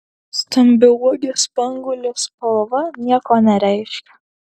stambiauogės spanguolės spalva nieko nereiškia